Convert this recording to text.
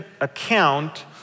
account